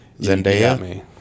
Zendaya